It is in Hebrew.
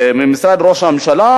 ממשרד ראש הממשלה,